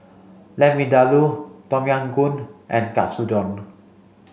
Lamb Vindaloo Tom Yam Goong and Katsudon